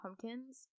Pumpkins